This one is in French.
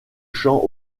chant